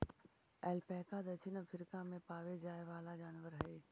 alpaca दक्षिण Africa में पावे जाए वाला जनावर हई